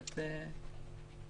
נכון.